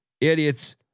idiots